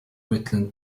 wetland